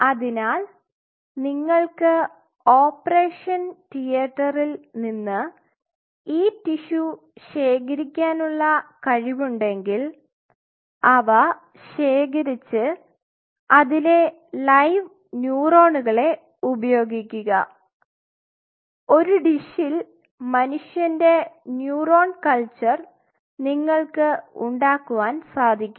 അതിനാൽ നിങ്ങൾക്ക് ഓപ്പറേഷൻ തിയേറ്ററിൽ നിന്ന് ഈ ടിഷ്യു ശേഖരിക്കാനുള്ള കഴിവുണ്ടെങ്കിൽ അവ ശേഖരിച്ച് അതിലെ ലൈവ് ന്യൂറോണുകളെ ഉപയോഗിക്കുക ഒരു ഡിഷിൽ മനുഷ്യൻറെ ന്യൂറോൺ കൾച്ചർ നിങ്ങൾക്ക് ഉണ്ടാക്കുവാൻ സാധിക്കും